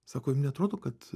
sako neatrodo kad